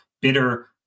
bitter